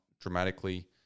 dramatically